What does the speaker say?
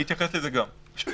אתייחס גם לזה.